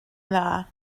dda